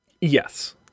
Yes